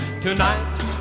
tonight